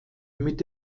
mit